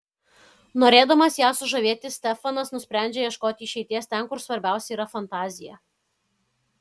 norėdamas ją sužavėti stefanas nusprendžia ieškoti išeities ten kur svarbiausia yra fantazija